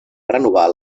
renovar